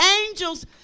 angels